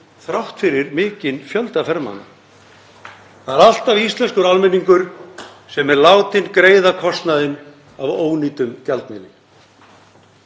þrátt fyrir mikinn fjölda ferðamanna. Það er alltaf íslenskur almenningur sem er látinn greiða kostnaðinn af ónýtum gjaldmiðli.